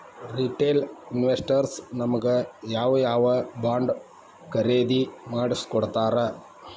Retail investors ನಮಗ್ ಯಾವ್ ಯಾವಬಾಂಡ್ ಖರೇದಿ ಮಾಡ್ಸಿಕೊಡ್ತಾರ?